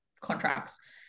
contracts